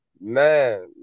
man